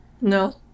no